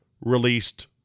released